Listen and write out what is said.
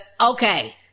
okay